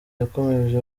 yakomeje